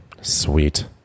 Sweet